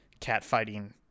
catfighting